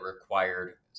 required